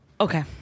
Okay